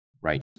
Right